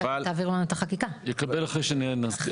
אחרי שתעבור החקיקה, אחרי שתסדירו.